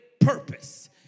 purpose